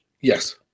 Yes